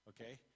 okay